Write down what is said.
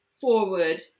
forward